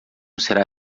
será